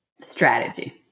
Strategy